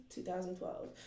2012